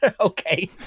Okay